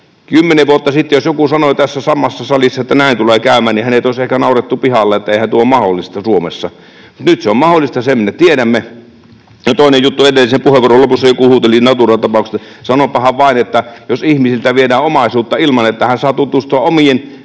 Kymmenen vuotta sitten, jos joku sanoi tässä samassa salissa, että näin tulee käymään, hänet olisi ehkä naurettu pihalle, että eihän tuo ole mahdollista Suomessa, mutta nyt se on mahdollista, sen me tiedämme. Toinen juttu: Edellisen puheenvuoron lopussa joku huuteli Natura-tapauksesta. Sanonpahan vain, että jos ihmiseltä viedään omaisuutta ilman, että hän saa tutustua omia